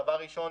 דבר ראשון